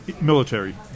military